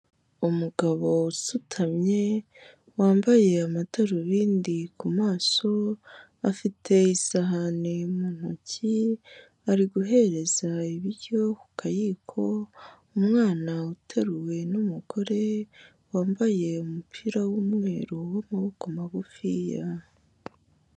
Umugabo usutamye wambaye amadarubindi ku maso, afite isahani mu ntoki ari guhereza ibiryo ku kayiko umwana uteruwe n'umugore, wambaye umupira w'umweru w'amaboko magufiya.